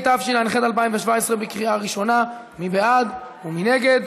התשע"ח 2017. מי בעד ומי נגד?